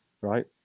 right